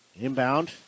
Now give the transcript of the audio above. Inbound